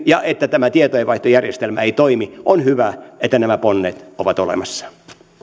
ja että tämä tietojenvaihtojärjestelmä ei toimi on hyvä että nämä ponnet ovat olemassa